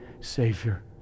Savior